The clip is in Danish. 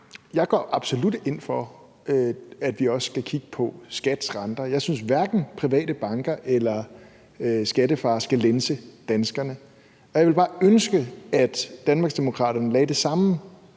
Jeg går absolut ind for, at vi også skal kigge på skattevæsenets renter. Jeg synes, at hverken private banker eller skattefar skal lænse danskerne. Jeg ville bare ønske, at Danmarksdemokraterne lagde det samme